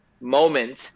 moment